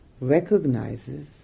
recognizes